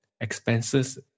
expenses